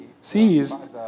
seized